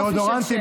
דאודורנטים,